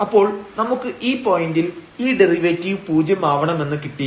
അപ്പോൾ നമുക്ക് ഈ പോയന്റിൽ ഈ ഡെറിവേറ്റീവ് പൂജ്യം ആവണമെന്ന് കിട്ടി